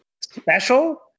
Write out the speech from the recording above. special